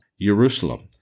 Jerusalem